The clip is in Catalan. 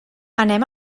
anem